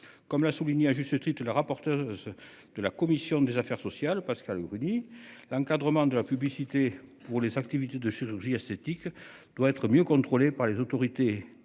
Comme l'a souligné à juste titre la rapporteuse de la commission des affaires sociales. Pascale Gruny l'encadrement de la publicité pour les activités de chirurgie esthétique doit être mieux contrôlée par les autorités